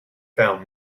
found